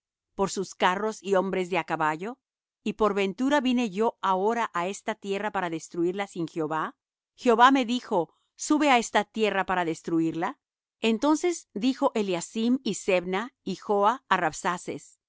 por sus carros y hombres de á caballo y por ventura vine yo ahora á esta tierra para destruirla sin jehová jehová me dijo sube á esta tierra para destruirla entonces dijo eliacim y sebna y joah á